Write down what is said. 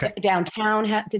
Downtown